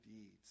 deeds